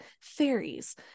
fairies